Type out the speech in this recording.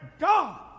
God